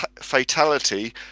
fatality